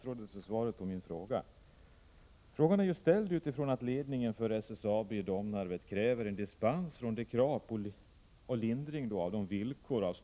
Regeringens remiss till lagrådet angående ändring i 56 § taxeringslagen har nu dragits tillbaka.